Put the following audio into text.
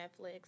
Netflix